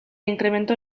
incremento